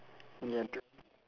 ya